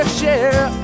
share